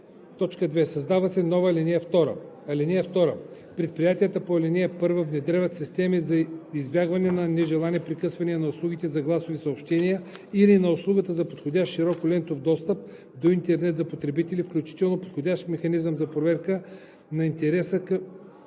2. Създава се нова ал. 2: „(2) Предприятията по ал. 1 внедряват система за избягване на нежелани прекъсвания на услугите за гласови съобщения или на услугата за подходящ широколентов достъп до интернет за потребителите, включително подходящ механизъм за проверка на интереса към